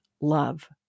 love